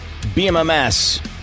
BMMS